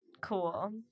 cool